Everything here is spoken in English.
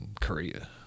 Korea